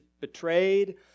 betrayed